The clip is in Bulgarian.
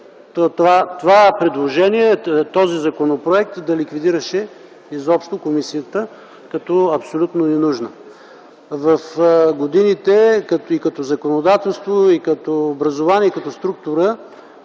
се искало този законопроект да ликвидираше изобщо комисията като абсолютно ненужна. В годините и като законодателство, и като образувание, и като структура